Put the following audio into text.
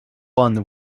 one